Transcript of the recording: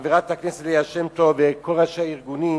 חברת הכנסת ליה שמטוב וראשי הארגונים